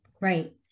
Right